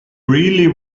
really